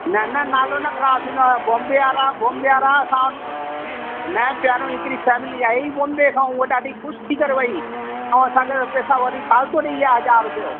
न न नालो न ख़राब थींदव बॉम्बे वारा बॉम्बे वारा असां वटि न पहिरियों हिकिड़ी फ़ेमिली आई बॉम्बे खां हूअं ॾाढी ख़शि थी करे वई ऐं असांखे पैसा वरी फ़ालतू ॾई विया हज़ार रुपियो